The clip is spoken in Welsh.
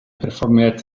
perfformiad